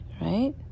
right